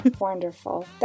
Wonderful